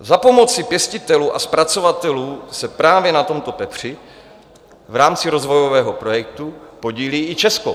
Za pomoci pěstitelů a zpracovatelů se právě na tomto pepři v rámci rozvojového projektu podílí i Česko.